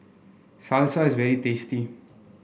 salsa is very tasty